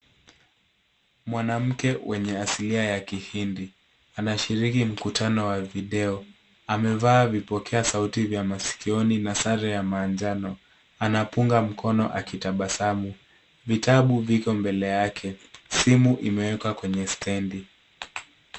Mwanamke mwenye asilia ya kihindi anashiriki mkutano wa video, amevaa vipokea sauti vya masikioni na sare ya manjano. Anapunga mkono akitabasamu. Vitabu viko mbele yake, simu imewekwa kwenye stendi